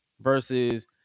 versus